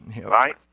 Right